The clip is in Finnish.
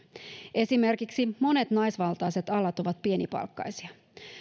esimerkiksi monet naisvaltaiset alat ovat pienipalkkaisia